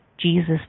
Jesus